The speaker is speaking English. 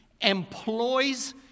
employs